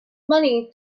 money